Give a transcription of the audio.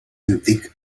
antic